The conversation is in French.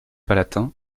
palatin